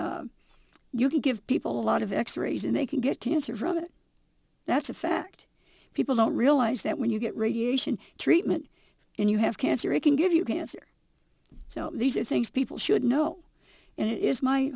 you can give people a lot of x rays and they can get cancer from it that's a fact people don't realize that when you get radiation treatment and you have cancer it can give you cancer so these are things people should know and it is my